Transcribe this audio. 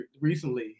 recently